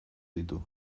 ditu